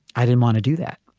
i didn't want to do that.